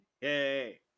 hey